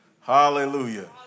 Hallelujah